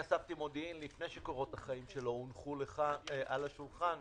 אספתי מודיעין לפני שקורות החיים שלו הונחו על השולחן.